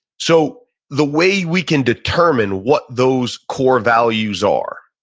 so the way we can determine what those core values are,